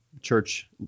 church